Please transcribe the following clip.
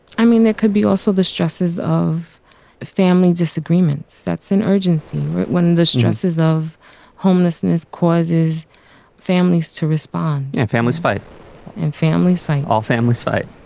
i mean, that could be also the stresses of family disagreements. that's an urgency. when the stresses of homelessness causes families to respond and families fight and families fighting, all families fight.